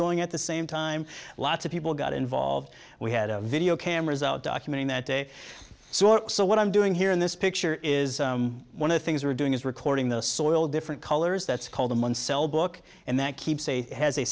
going at the same time lots of people got involved we had a video cameras out documenting that day so or so what i'm doing here in this picture is one of the things we're doing is recording the soil of different colors that's called in one cell book and that keeps a has a